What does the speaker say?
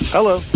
Hello